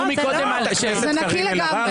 קארין אלהרר,